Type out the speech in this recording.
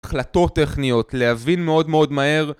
החלטות טכניות, להבין מאוד מאוד מהר